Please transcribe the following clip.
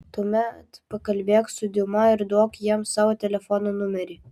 tuomet pakalbėk su diuma ir duok jiems savo telefono numerį